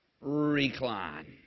recline